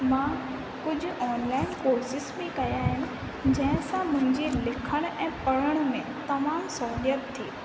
मां कुझु online courses बि कया आहिनि जंहिं सां मुंहिंजे लिखण ऐं पढ़ण में तमामु सहूलियत थी